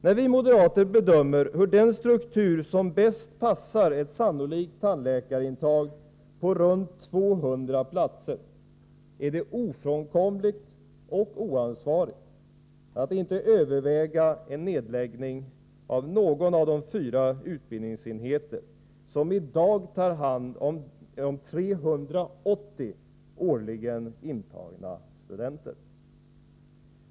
När vi moderater bedömer hur den struktur som bäst passar en sannolik tandläkarintagning på runt 200 platser skall se ut, är det ofrånkomligt och oansvarigt att inte överväga en nedläggning av någon av de fyra utbildningsenheter som i dag tar hand om 380 studenter per år.